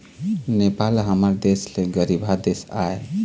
नेपाल ह हमर देश ले गरीबहा देश आय